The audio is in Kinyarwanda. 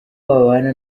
babana